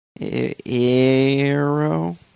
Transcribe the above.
Arrow